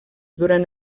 durant